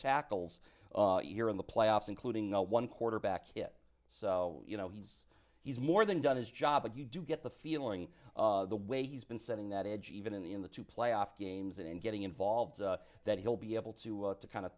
tackles in the playoffs including no one quarterback yet so you know he's he's more than done his job but you do get the feeling the way he's been setting that edge even in the in the two playoff games and getting involved that he'll be able to kind of